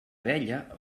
abella